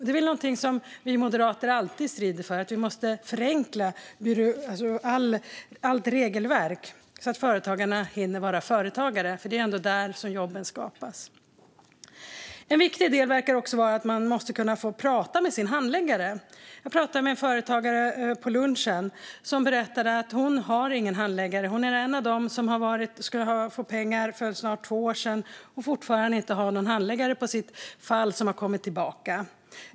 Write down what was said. Det är någonting som vi moderater alltid strider för - vi måste förenkla regelverken, så att företagarna hinner vara företagare. Det är ändå där jobben skapas. En viktig del verkar också vara att man måste kunna få prata med sin handläggare. Jag pratade på lunchen med en företagare som berättade att hon inte har någon handläggare. Hon är en av dem som skulle ha fått pengar för snart två år sedan men fortfarande inte har någon handläggare på sitt fall som har kommit tillbaka.